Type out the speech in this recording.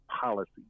policy